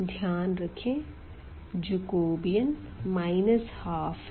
ध्यान रखें जैकोबीयन 12 है